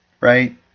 Right